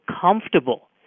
comfortable